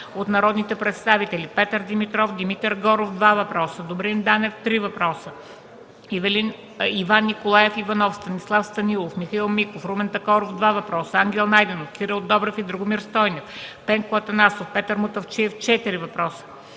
от народните представители Петър Димитров, Димитър Горов - два въпроса, Добрин Данев – три въпроса, Иван Николаев Иванов, Станислав Станилов, Михаил Миков, Румен Такоров - два въпроса, Ангел Найденов, Кирил Добрев и Драгомир Стойнев, Пенко Атанасов, Петър Мутафчиев - четири въпроса,